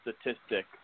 statistic